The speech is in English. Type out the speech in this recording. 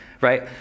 right